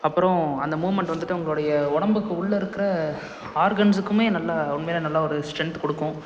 அப்பறம் அந்த மூவ்மெண்ட் வந்துட்டு உங்களுடைய உடம்புக்கு உள்ள இருக்கிற ஆர்கன்ஸுக்குமே நல்லா உண்மையிலே நல்ல ஒரு ஸ்ட்ரென்த்து கொடுக்கும்